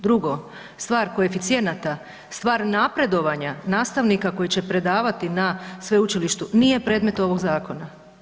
Drugo, stvar koeficijenata, stvar napredovanja nastavnika koji će predavati na sveučilištu nije predmet ovog zakona.